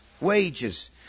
wages